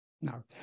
No